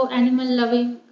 animal-loving